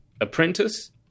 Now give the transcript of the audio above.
Apprentice